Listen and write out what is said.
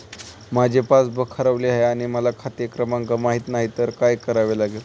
माझे पासबूक हरवले आहे आणि मला खाते क्रमांक माहित नाही तर काय करावे लागेल?